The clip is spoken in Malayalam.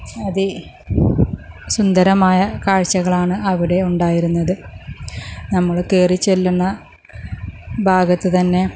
അതി സുന്ദരമായ കാഴ്ചകളാണ് അവിടെ ഉണ്ടായിരുന്നത് നമ്മൾ കയറി ചെല്ലുന്ന ഭാഗത്ത് തന്നെ